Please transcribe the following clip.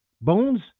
Bones